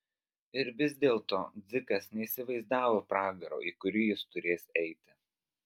ir vis dėlto dzikas neįsivaizdavo pragaro į kurį jis turės eiti